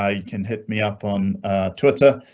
ah you can hit me up on twitter